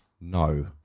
No